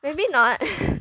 maybe not